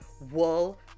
wool